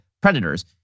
predators